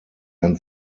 ein